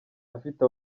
afite